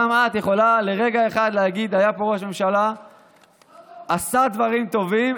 גם את יכולה לרגע אחד להגיד: היה פה ראש ממשלה שעשה דברים טובים.